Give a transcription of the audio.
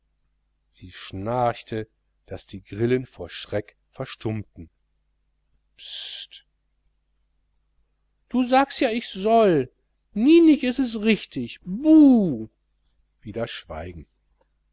sie schnarchte daß die grillen vor schreck verstummten pst du sagst ja ich soll nie nich is es richtig buh wieder schweigen